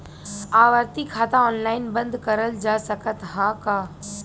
आवर्ती खाता ऑनलाइन बन्द करल जा सकत ह का?